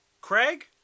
Craig